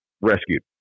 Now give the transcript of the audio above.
rescued